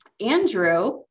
Andrew